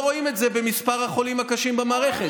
רואים את זה במספר החולים הקשים במערכת.